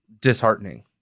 disheartening